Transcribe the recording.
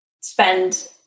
spend